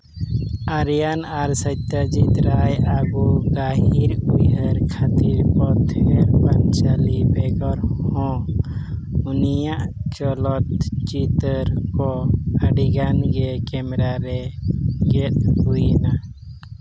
ᱟᱨᱭᱟᱱ ᱟᱨ ᱥᱚᱛᱛᱚᱡᱤᱛ ᱨᱟᱭᱟᱜ ᱜᱟᱹᱦᱤᱨ ᱩᱭᱦᱟᱹᱨ ᱠᱷᱟᱹᱛᱤᱨ ᱯᱚᱛᱷᱮᱨ ᱯᱟᱸᱪᱟᱞᱤ ᱵᱮᱜᱚᱨ ᱦᱚᱸ ᱩᱱᱤᱭᱟᱜ ᱪᱚᱞᱚᱛ ᱪᱤᱛᱟᱹᱨ ᱠᱚ ᱟᱹᱰᱤᱜᱟᱱ ᱜᱮ ᱠᱮᱢᱮᱨᱟ ᱨᱮ ᱜᱮᱫ ᱦᱩᱭᱞᱮᱱᱟ